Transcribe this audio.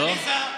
לרדת?